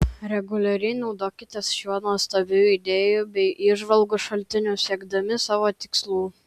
reguliariai naudokitės šiuo nuostabiu idėjų bei įžvalgų šaltiniu siekdami savo tikslų